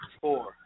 four